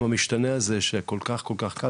לעולם המשתנה הזה שכל כך כל כך קל